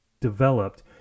developed